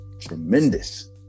tremendous